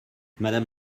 madame